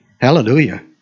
Hallelujah